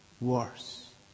worse